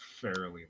fairly